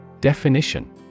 Definition